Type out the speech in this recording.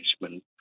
management